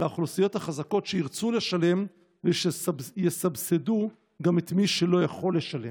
ואוכלוסיות החזקות שירצו לשלם יסבסדו גם את מי שלא יכול לשלם.